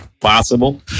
possible